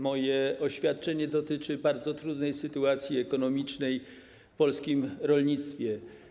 Moje oświadczenie dotyczy bardzo trudnej sytuacji ekonomicznej w polskim rolnictwie.